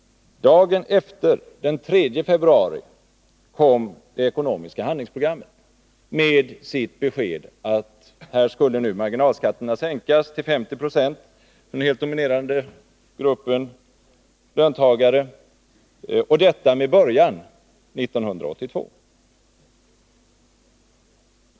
Dagen efter — den 3 februari — kom det ekonomiska handlingsprogrammet med sitt besked att marginalskatterna skulle sänkas till 50 20 för den helt dominerande gruppen löntagare, detta med början 1982.